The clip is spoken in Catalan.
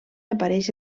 apareix